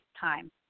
time